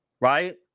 Right